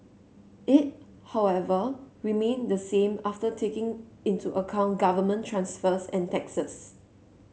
it however remained the same after taking into account government transfers and taxes